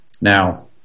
now